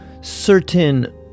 certain